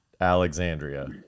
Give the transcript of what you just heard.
Alexandria